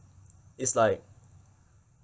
it's like